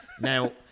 Now